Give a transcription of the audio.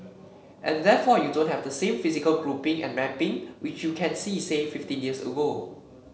and therefore you don't have the same physical grouping and mapping which you can see say fifteen years ago